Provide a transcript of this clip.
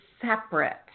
separate